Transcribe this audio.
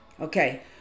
Okay